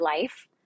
life